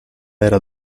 era